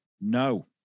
No